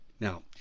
Now